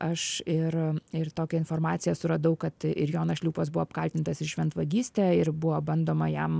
aš ir ir tokią informaciją suradau kad ir jonas šliūpas buvo apkaltintas ir šventvagyste ir buvo bandoma jam